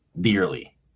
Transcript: dearly